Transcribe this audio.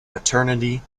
maternity